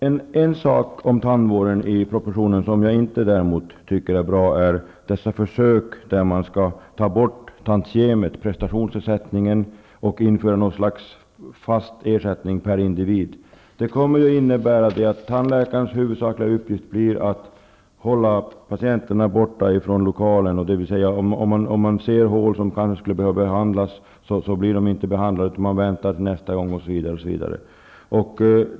Det är en sak i propositionen i fråga om tandvården som jag inte tycker är så bra, nämligen dessa försök att ta bort tantiemet, prestationsersättningen, och införa något slags fast ersättning per individ. Det kommer att innebära att tandläkarens huvudsakliga uppgift blir att hålla patienterna borta från mottagningen. Hål som skulle behöva lagas blir inte behandlade, utan man väntar till nästa gång osv.